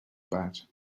pas